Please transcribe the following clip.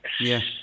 Yes